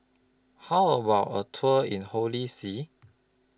How about A Tour in Holy See